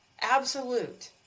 absolute